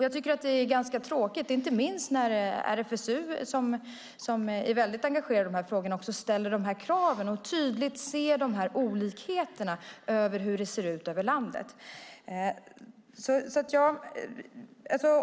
Jag tycker att det är ganska tråkigt, inte minst när RFSU, som är väldigt engagerad i dessa frågor, ställer de här kraven och tydligt ser olikheterna över landet.